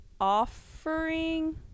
offering